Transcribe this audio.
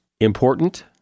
important